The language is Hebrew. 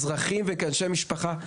כאזרחים וכאנשי משפחה,